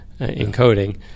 encoding